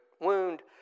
wound